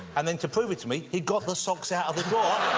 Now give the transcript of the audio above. and then, to prove it to me, he got the socks out of the drawer.